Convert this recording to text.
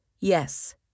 Yes